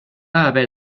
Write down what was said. haver